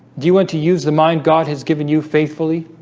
do you want to use the mind god has given you faithfully